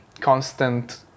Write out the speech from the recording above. constant